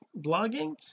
blogging